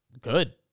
good